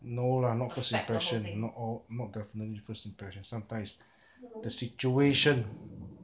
no lah not first impression not all not definitely first impression sometimes is the situation